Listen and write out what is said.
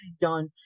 done